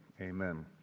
amen